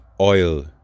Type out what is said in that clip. oil